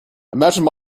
imagined